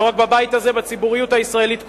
לא רק בבית הזה, אלא בציבוריות הישראלית כולה,